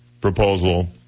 proposal